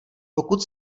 pokud